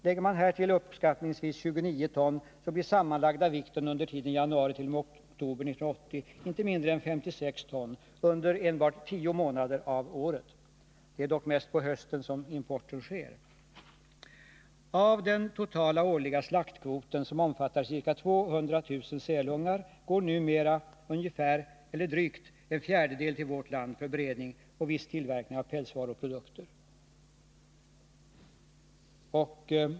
Lägger man härtill uppskattningsvis 29 ton, så blir sammanlagda vikten under tiden januari t.o.m. oktober 1980 inte mindre än 56 ton under enbart tio månader av året. Det är dock mest på hösten som importen sker. Av den totala årliga slaktkvoten, som omfattar ca 200 000 sälungar, går numera drygt en fjärdedel till vårt land för beredning och viss tillverkning av pälsvaruprodukter.